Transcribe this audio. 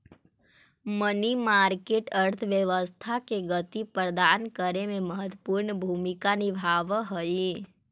money market अर्थव्यवस्था के गति प्रदान करे में महत्वपूर्ण भूमिका निभावऽ हई